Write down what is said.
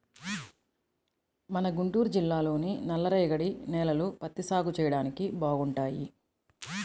మన గుంటూరు జిల్లాలోని నల్లరేగడి నేలలు పత్తి సాగు చెయ్యడానికి బాగుంటాయి